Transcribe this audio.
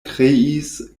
kreis